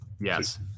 Yes